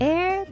Air